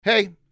hey